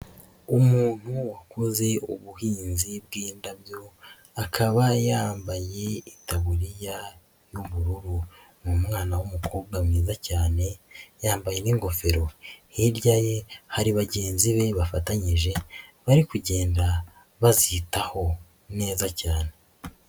Umuntu wakoze ubuhinzi bw'indabyo, akaba yambaye itaburiya y'ubururu. Ni umwana w'umukobwa mwiza cyane, yambaye n'ingofero. Hirya ye hari bagenzi be bafatanyije, bari kugenda bazitaho neza cyane.